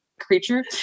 creature